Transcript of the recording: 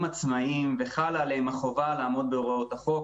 עצמאיים וחלה עליהם החובה לעמוד בהוראות החוק,